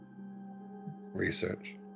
research